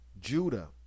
Judah